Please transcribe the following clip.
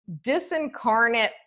Disincarnate